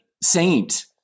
saint